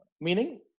Meaning